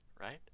Right